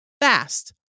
fast